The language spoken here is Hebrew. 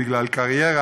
בגלל קריירה,